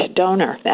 donor